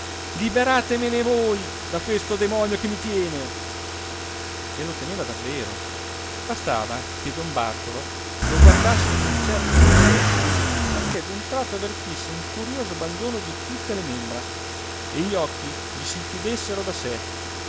liberatemi voi da questo demonio che mi tiene e lo teneva davvero bastava che don bartolo lo guardasse in un certo modo perché d'un tratto avvertisse un curioso abbandono di tutte le membra e gli occhi gli si chiudessero da sé